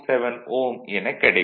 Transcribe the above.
47 Ω எனக் கிடைக்கும்